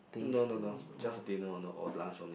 no no no just a dinner or no or lunch only